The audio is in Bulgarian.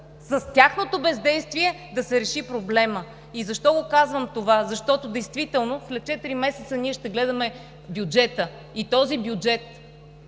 с тяхното бездействие да се реши проблемът. И защо казвам това? Защото действително след четири месеца ние ще гледаме бюджета. Този бюджет